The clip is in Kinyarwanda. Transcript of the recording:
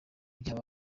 ibyaha